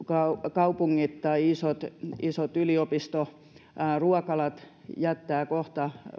kaupungit tai isot isot yliopistoruokalat jättävät kohta